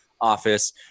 office